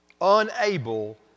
unable